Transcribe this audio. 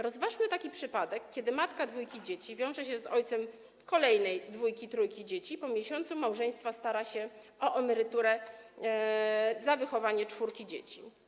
Rozważmy taki przypadek, kiedy matka dwójki dzieci wiąże się z ojcem kolejnej dwójki, trójki dzieci i po miesiącu małżeństwa stara się o emeryturę za wychowanie czwórki dzieci.